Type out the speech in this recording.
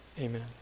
Amen